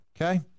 Okay